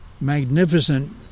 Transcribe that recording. magnificent